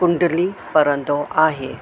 कुंडली पढ़ंदो आहे